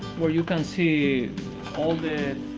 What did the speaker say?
where you can see all the